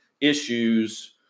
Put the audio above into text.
issues